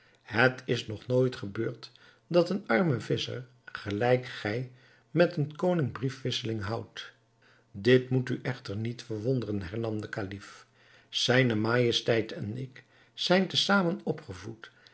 het is nog nooit gebeurd dat een arme visscher gelijk gij met een koning briefwisseling houdt dit moet u echter niet verwonderen hernam de kalif zijne majesteit en ik zijn te zamen opgevoed